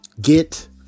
get